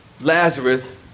Lazarus